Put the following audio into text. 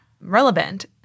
relevant